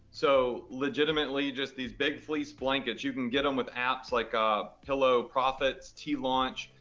so legitimately just these big fleece blankets. you can get them with apps like ah pillowprofits, teelaunch,